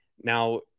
Now